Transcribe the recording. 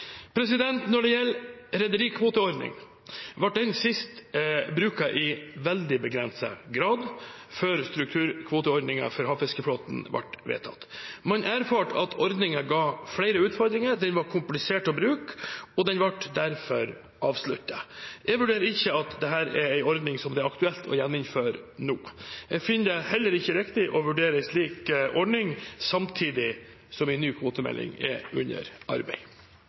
Når det gjelder rederikvoteordning, ble den sist brukt i veldig begrenset grad før strukturkvoteordningen for havfiskeflåten ble vedtatt. Man erfarte at ordningen ga flere utfordringer, den var komplisert å bruke, og den ble derfor avsluttet. Jeg vurderer ikke at dette er en ordning som det er aktuelt å gjeninnføre nå. Jeg finner det heller ikke riktig å vurdere en slik ordning samtidig som en ny kvotemelding er under arbeid.